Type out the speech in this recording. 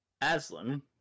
Aslan